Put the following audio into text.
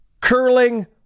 curling